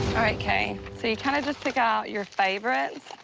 all right, kay. so you kinda just pick out your favorites,